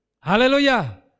Hallelujah